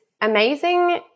amazing